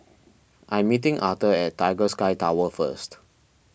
I'm meeting Authur at Tiger Sky Tower first